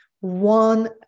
one